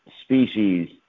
species